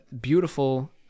Beautiful